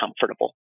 comfortable